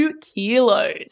kilos